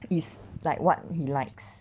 is like what he likes